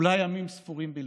אולי ימים ספורים בלבד.